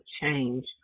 change